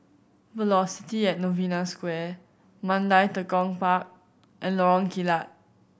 Velocity at Novena Square Mandai Tekong Park and Lorong Kilat